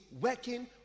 working